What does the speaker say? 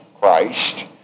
Christ